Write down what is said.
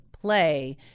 play